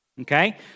okay